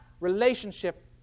relationship